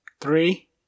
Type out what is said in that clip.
Three